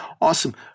Awesome